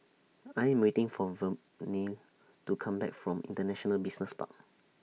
I Am waiting For Vernelle to Come Back from International Business Park